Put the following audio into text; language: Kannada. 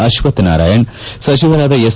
ಅಶ್ವತ್ವನಾರಾಯಣ್ ಸಚಿವರಾದ ಎಸ್